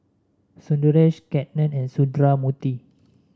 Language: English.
Sundaresh Ketna and Sundramoorthy